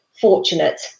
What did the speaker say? fortunate